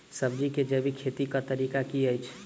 सब्जी केँ जैविक खेती कऽ तरीका की अछि?